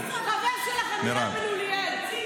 חבר שלך, עמירם בן אוליאל.